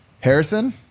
Harrison